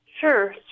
Sure